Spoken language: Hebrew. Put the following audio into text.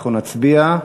אנחנו נצביע.